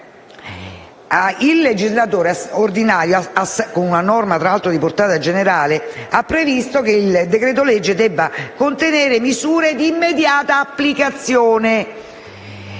il legislatore ordinario, con una norma di portata generale, ha previsto che il decreto-legge debba contenere misure di immediata applicazione.